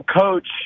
coach